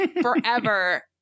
forever